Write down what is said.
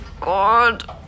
God